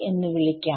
എന്ന് വിളിക്കാം